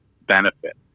benefit